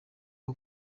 aho